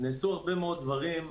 נעשו הרבה מאוד דברים,